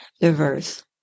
diverse